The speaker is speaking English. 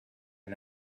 and